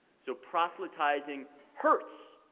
so proselytizing hurts,